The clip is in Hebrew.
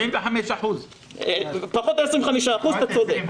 75%. פחות 25%, אתה צודק.